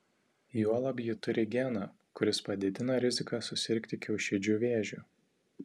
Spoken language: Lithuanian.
juolab ji turi geną kuris padidina riziką susirgti kiaušidžių vėžiu